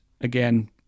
again